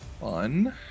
fun